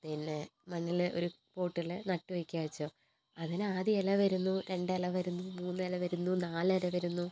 പിന്നെ മണ്ണിൽ ഒരു പോട്ടിൽ നട്ടുവെക്കുക വച്ചോ അതിനാദ്യം എല വരുന്നു രണ്ടില വരുന്നു മൂന്നില വരുന്നു നാലില വരുന്നു